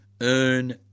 earn